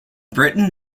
britain